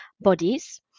bodies